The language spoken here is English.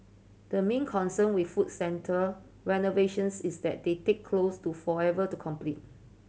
the main concern with food centre renovations is that they take close to forever to complete